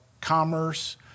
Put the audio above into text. commerce